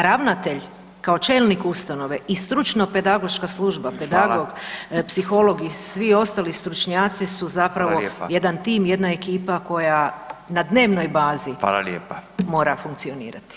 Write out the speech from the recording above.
Ravnatelj kao čelnik ustanove i stručno pedagoška služba, pedagog [[Upadica Radin: Hvala.]] psiholog i svi ostali stručnjaci su zapravo jedan tim, jedna [[Upadica Radin: Hvala lijepa.]] ekipa koja na dnevnoj bazi mora funkcionirati.